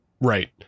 right